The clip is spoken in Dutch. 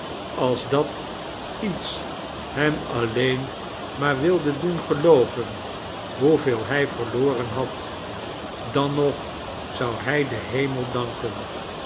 als dat iets hem alleen maar wilde doen gevoelen hoeveel hij verloren had dan nog zou hij den hemel danken